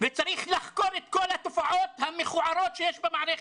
וצריך לחקור את כל התופעות המכוערות שיש במערכת,